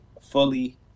fully